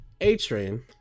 A-Train